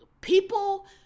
people